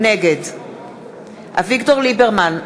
נגד אביגדור ליברמן,